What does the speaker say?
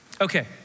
Okay